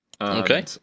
okay